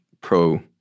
pro